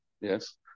Yes